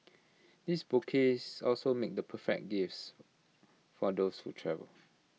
these bouquets also make the perfect gifts for those who travel